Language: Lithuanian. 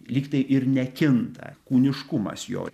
lygtai ir nekinta kūniškumas jo